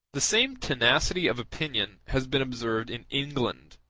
the same tenacity of opinion has been observed in england,